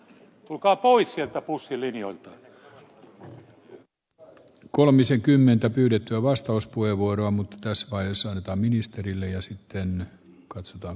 tulkaa pois jotta bussilinjoilta on kolmisenkymmentä pyydetään vastauspuheenvuoroa mutta tässä vaiheessa ole pääministerille sieltä bushin linjoilta